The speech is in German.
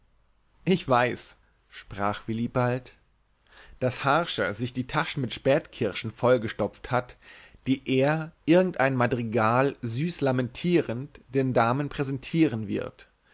ich weiß sprach willibald daß harscher sich die taschen mit spätkirschen vollgestopft hat die er irgend ein madrigal süß lamentierend den damen präsentieren wird